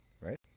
Right